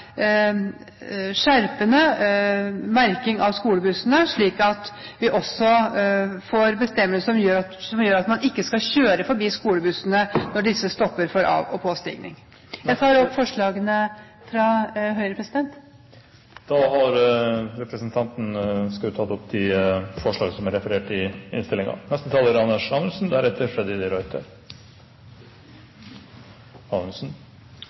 merking av skolebussene skjerpes, slik at vi også får bestemmelser om at man ikke skal kjøre forbi skolebussene når disse stopper for av- og påstigning. Jeg tar opp forslagene fra Høyre og Kristelig Folkeparti. Representanten Ingjerd Schou har da tatt opp de forslag hun refererte til. La meg starte med en selverkjennelse: Noen ganger er